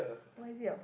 why is it a